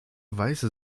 weiße